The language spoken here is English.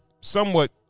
somewhat